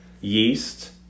yeast